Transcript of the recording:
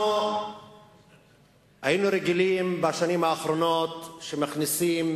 אנחנו היינו רגילים בשנים האחרונות שמכניסים